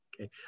Okay